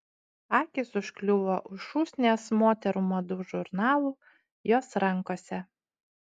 akys užkliuvo už šūsnies moterų madų žurnalų jos rankose